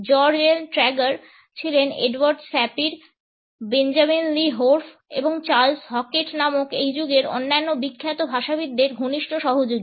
George L Trager ছিলেন Edward Sapir Benjamin Lee Whorf এবং Charles Hockett নামক এই যুগের অন্যান্য বিখ্যাত ভাষাবিদদের ঘনিষ্ঠ সহযোগী